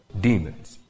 demons